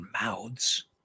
mouths